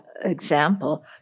example